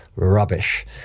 Rubbish